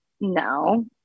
no